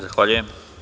Zahvaljujem.